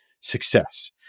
success